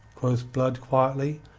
quoth blood quietly,